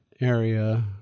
area